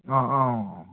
अँ अँ